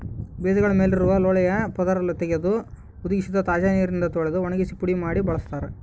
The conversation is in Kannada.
ಬೀಜಗಳ ಮೇಲಿರುವ ಲೋಳೆಯ ಪದರ ತೆಗೆದು ಹುದುಗಿಸಿ ತಾಜಾ ನೀರಿನಿಂದ ತೊಳೆದು ಒಣಗಿಸಿ ಪುಡಿ ಮಾಡಿ ಬಳಸ್ತಾರ